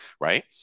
right